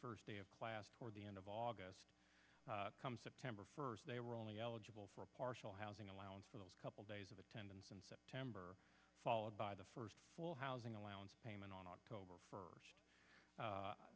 first day of class or the end of august come september first they were only eligible for a partial housing allowance for the couple days of attendance in september followed by the first full housing allowance payment on october first